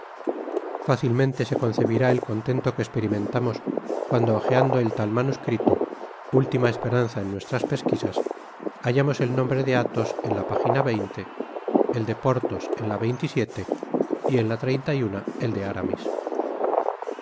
fácilmente se concebirá el contento que esperimentamos cuando hojeando el tal manuscrito última esperanza en nuestras pesquisas hallamos el nombre de athos en la página veinte el de porthos en la veinte y siete y en la treinta y una el de aramis